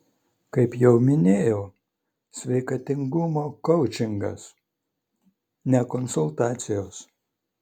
kaip jau minėjau sveikatingumo koučingas ne konsultacijos